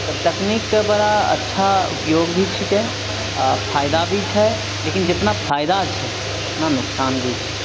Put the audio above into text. तब तकनीकके बरा अच्छा उपयोगभी छिकै आ फायदा भी छै लेकिन जेतना फायदा छै उतना नुकसान भी छै